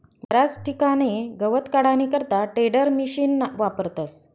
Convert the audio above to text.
बराच ठिकाणे गवत काढानी करता टेडरमिशिन वापरतस